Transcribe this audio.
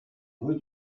rue